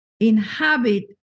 inhabit